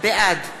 בעד